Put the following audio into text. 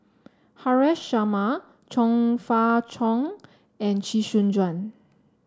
Haresh Sharma Chong Fah Cheong and Chee Soon Juan